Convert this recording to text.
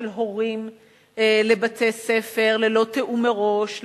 של הורים לבתי-ספר ללא תיאום מראש,